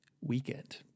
weekend